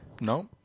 No